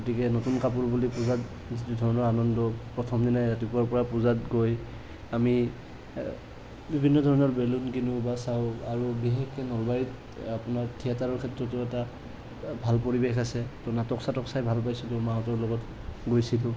নতুন কাপোৰ বুলি ক'লে বেলেগ ধৰণৰ আনন্দ প্ৰথম দিনাই ৰাতিপুৱাৰ পৰা পূজাত গৈ আমি বিভিন্ন ধৰণৰ বেলুন কিনো বা চাওঁ আৰু বিশেষকে নলবাৰীত থিয়েটাৰৰ ক্ষেত্ৰতো এটা ভাল পৰিৱেশ আছে নাটক চাটক চাই ভাল পাইছিলোঁ মাহঁতৰ লগত গৈছিলোঁ